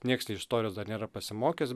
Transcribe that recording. nieks iš istorijos dar nėra pasimokęs